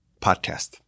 podcast